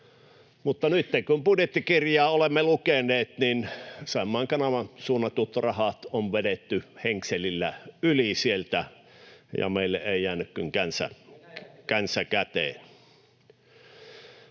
Mutta nytten kun budjettikirjaa olemme lukeneet, niin Saimaan kanavaan suunnatut rahat on vedetty henkselillä yli sieltä ja meille ei jäänyt kuin känsä käteen.